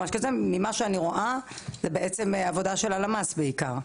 ממה שאני רואה זו עבודה של הלשכה המרכזית לסטטיסטיקה בעיקר.